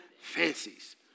fancies